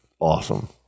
awesome